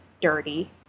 dirty